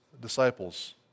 disciples